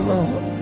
Lord